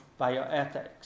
bioethics